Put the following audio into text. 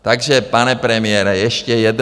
Takže, pane premiére, ještě jednou.